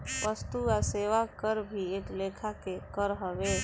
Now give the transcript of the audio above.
वस्तु आ सेवा कर भी एक लेखा के कर हवे